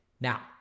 Now